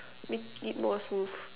make it more smooth